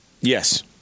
Yes